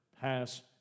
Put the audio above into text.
pass